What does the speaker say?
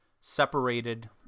Separated